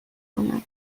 آمد